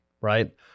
right